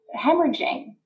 hemorrhaging